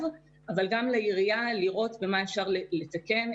אבל גם לעירייה לראות במה אפשר לתקן,